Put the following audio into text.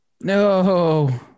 No